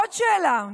עוד שאלה,